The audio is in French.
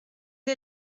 est